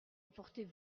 apportez